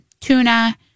tuna